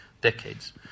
decades